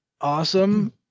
awesome